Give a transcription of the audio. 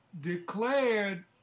declared